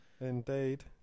Indeed